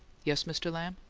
yes, mr. lamb.